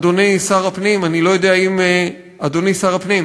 אדוני שר הפנים, אני לא יודע, אדוני שר הפנים,